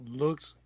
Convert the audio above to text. looks